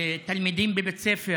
תלמידים בבית ספר,